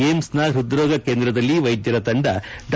ಏಮ್ಸ್ನ ಪ್ಯದ್ರೋಗ ಕೇಂದ್ರದಲ್ಲಿ ವೈದ್ಯರ ತಂಡ ಡಾ